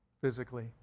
physically